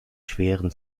schweren